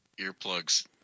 earplugs –